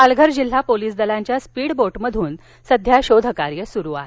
पालघर जिल्हा पोलीस दलांच्या speed boat मधून शोध कार्य सुरु आहे